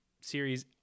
series